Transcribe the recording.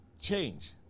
change